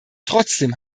trotzdem